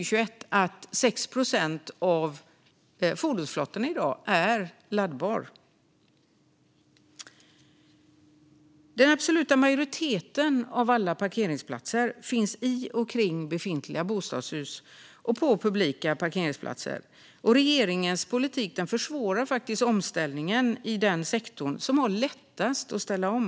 I dag är 6 procent av fordonsflottan laddbar. Den absoluta majoriteten av alla parkeringsplatser finns i och kring befintliga bostadshus och på publika parkeringsplatser. Regeringens politik försvårar faktiskt omställningen i den sektor som har lättast att ställa om.